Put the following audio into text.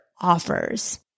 offers